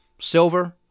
Silver